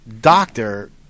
doctor